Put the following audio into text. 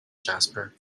jasper